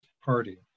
party